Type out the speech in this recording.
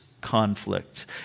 conflict